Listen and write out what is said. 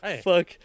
fuck